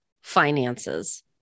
finances